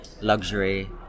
luxury